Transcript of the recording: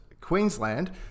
queensland